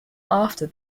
after